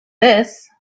this